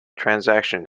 transaction